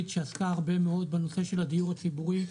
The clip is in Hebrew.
שעסקה הרבה מאוד בנושא של הדיור הציבורי,